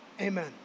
Amen